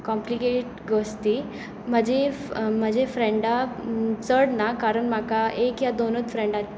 complicated गोश्ट ती म्हजी म्हजी फ्रेंडा चड ना कारण म्हाका एक ह्या दोनूच फ्रेंडां